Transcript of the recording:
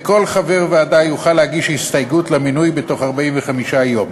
וכל חבר ועדה יוכל להגיש הסתייגות למינוי בתוך 45 יום.